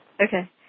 Okay